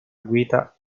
guida